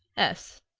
s.